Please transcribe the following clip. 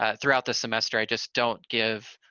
ah throughout the semester, i just don't give,